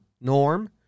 Norm